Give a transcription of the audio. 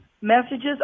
Messages